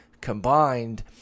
combined